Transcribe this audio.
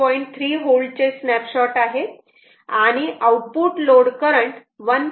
3 V चे snapshot आहे आणि आउटपुट लोड करंट 1